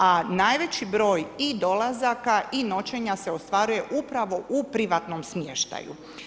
A najveći broj dolazaka i noćenja se ostvaruje upravo u privatnom smještaju.